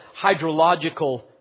hydrological